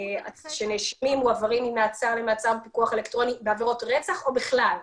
שנאשמים מועברים ממעצר למעצר בפיקוח אלקטרוני בעבירות רצח או בכלל,